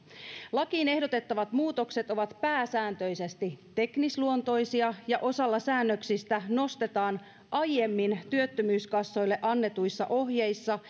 lakiin ehdotettavat muutokset ovat pääsääntöisesti teknisluontoisia ja osalla säännöksistä nostetaan aiemmin työttömyyskassoille annetuissa ohjeissa